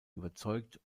überzeugt